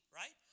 right